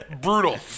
Brutal